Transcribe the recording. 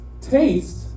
Taste